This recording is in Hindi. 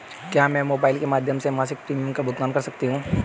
क्या मैं मोबाइल के माध्यम से मासिक प्रिमियम का भुगतान कर सकती हूँ?